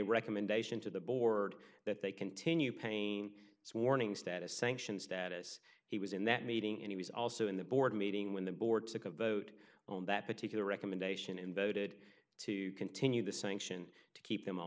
recommendation to the board that they continue paying its warning status sanctions status he was in that meeting and he was also in the board meeting when the board took a vote on that particular recommendation and voted to continue the sanction to keep him